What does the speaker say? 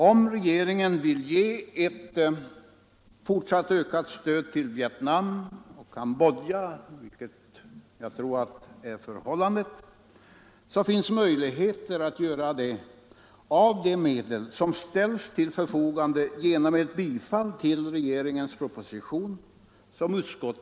Om regeringen vill ge ett fortsatt stöd till Vietnam och Cambodja, vilket jag tror är förhållandet, finns möjligheter att göra det av de medel som ställs till förfogande genom bifall till regeringens proposition.